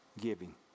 Giving